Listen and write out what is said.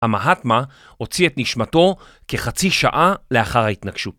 המהטמה הוציא את נשמתו כחצי שעה לאחר ההתנגשות.